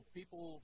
people